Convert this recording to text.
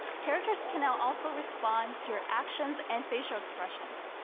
characters can now also respond to your actions and facial expressions.